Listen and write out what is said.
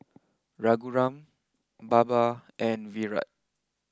Raghuram Baba and Virat